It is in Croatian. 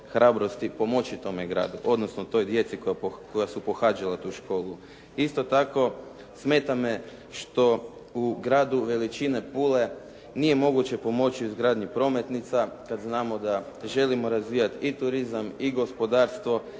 hrabrosti pomoći tome gradu, odnosno toj djeci koja su pohađala tu školu. Isto tako, smeta me što u gradu veličine Pule nije moguće pomoći izgradnji prometnica kad znamo da želimo razvijati i turizam i gospodarstvo.